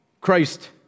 Christ